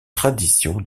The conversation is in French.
tradition